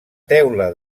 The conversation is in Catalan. teula